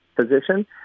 position